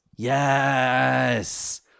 Yes